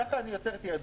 ככה אני יוצר תעדוף.